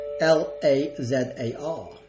L-A-Z-A-R